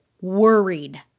worried